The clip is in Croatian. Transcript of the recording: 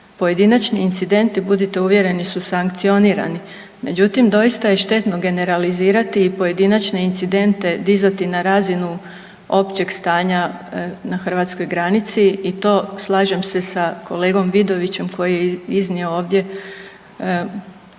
Pojedinačni incidentni budite uvjereni su sankcionirani, međutim doista je štetno generalizirati i pojedinačne incidente, dizati na razinu općeg stanja na hrvatskoj granici i to slažem se sa kolegom Vidovićem koji je iznio ovdje